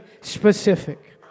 specific